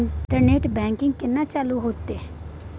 Internet banking केना चालू हेते?